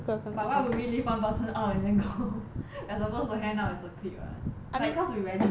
but why would we leave one person out and then go like supposed to hangout as a clique [what] like cause we rarely meet